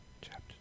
Chapter